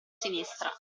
sinistra